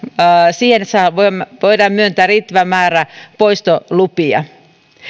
siihen että voidaan myöntää riittävä määrä poistolupia